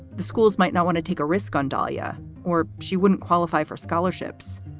the schools might not want to take a risk on dolia or she wouldn't qualify for scholarships.